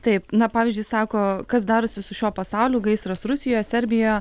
taip na pavyzdžiui sako kas darosi su šiuo pasauliu gaisras rusijoje serbijoje